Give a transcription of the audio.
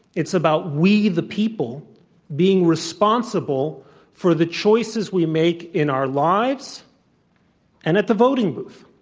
it's about we the people being responsible for the choices we make in our lives and at the voting booth.